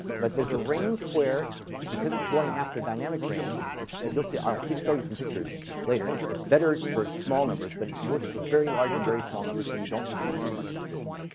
but there's a range where because it's going after dynamic range instead you'll see i'll show you some pictures later it's it's better for small numbers, but it's worse for very large and very small numbers, where you don't usually need much precision.